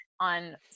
on